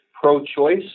pro-choice